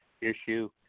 issue